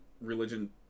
religion